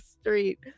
street